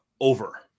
over